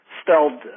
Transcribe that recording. spelled